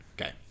Okay